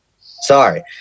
Sorry